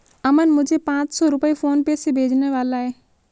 अमन मुझे पांच सौ रुपए फोनपे से भेजने वाला है